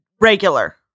regular